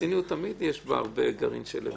בציניות יש הרבה גרעין של אמת.